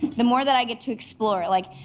the more that i get to explore. like,